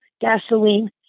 gasoline